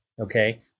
okay